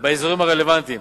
באזורים הרלוונטיים.